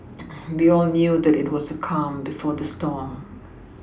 we all knew that it was the calm before the storm